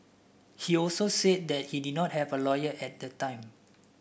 he also said that he did not have a lawyer at the time